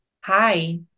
hi